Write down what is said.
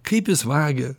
kaip jis vagia